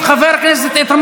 קרא לך בשם